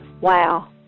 Wow